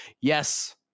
Yes